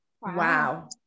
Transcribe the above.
Wow